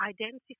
identify